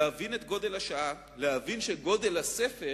להבין את גודל השעה, להבין שגודל הספר